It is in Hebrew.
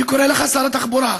אני קורא לך, שר התחבורה: